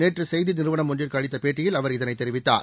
நேற்று செய்தி நிறுவனம் ஒன்றுக்கு அளித்த பேட்டியில் அவர் இதனை தெரிவித்தார்